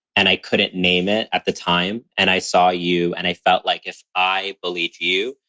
and i couldn't name it at the time. and i saw you and i felt like if i bullied you,